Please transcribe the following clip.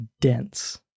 dense